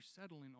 settling